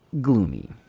gloomy